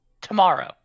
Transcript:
Tomorrow